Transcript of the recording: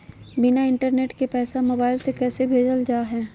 बिना इंटरनेट के पैसा मोबाइल से कैसे भेजल जा है?